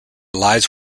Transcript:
lies